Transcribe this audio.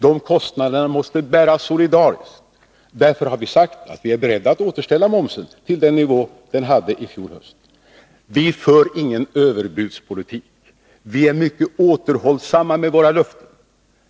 De kostnaderna måste bäras solidariskt. Därför har vi sagt att vi är beredda att återställa momsen till den nivå som den hade i fjol höst. Vi för ingen överbudspolitik. Vi är mycket återhållsamma med våra löften.